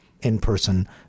in-person